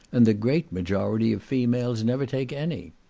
and the great majority of females never take any.